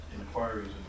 inquiries